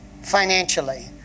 financially